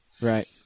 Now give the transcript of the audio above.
Right